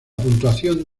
puntuación